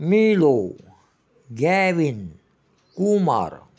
मीलो ग्यॅविन कुमार